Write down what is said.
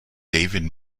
david